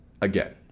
Again